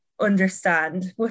understand